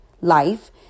life